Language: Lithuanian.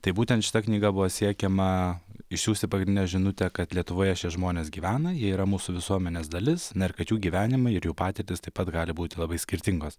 tai būtent šita knyga buvo siekiama išsiųsti pagrindinę žinutę kad lietuvoje šie žmonės gyvena jie yra mūsų visuomenės dalis na ir kad jų gyvenimai ir jų patirtys taip pat gali būti labai skirtingos